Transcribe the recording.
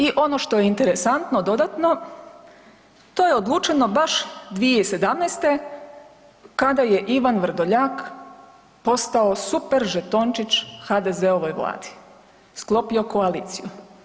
I ono što je interesantno dodatno to je odlučeno baš 2017. kada je Ivan Vrdoljak postao superžetončić HDZ-ovoj Vladi, sklopio koaliciju.